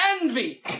envy